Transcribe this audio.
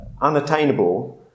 unattainable